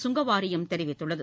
சுங்கவாரியம் தெரிவித்துள்ளது